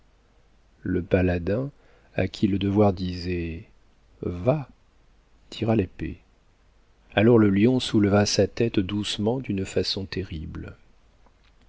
le paladin à qui le devoir disait va tira l'épée alors le lion souleva sa tête doucement d'une façon terrible